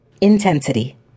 Intensity